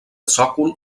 sòcol